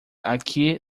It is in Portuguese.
aqui